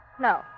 No